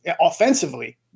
offensively